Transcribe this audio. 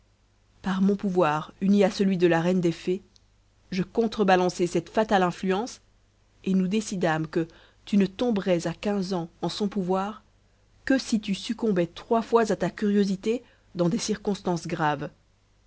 par mon pouvoir uni à celui de la reine des fées je contre balançai cette fatale influence et nous décidâmes que tu ne tomberais à quinze ans en son pouvoir que si tu succombais trois fois à ta curiosité